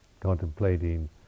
contemplating